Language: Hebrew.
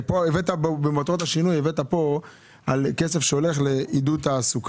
פה הבאת במטרות השינוי כסף שהולך לעידוד תעסוקה.